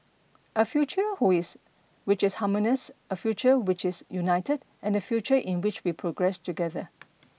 a future who is which is harmonious a future which is united and a future in which we progress together